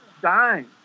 dying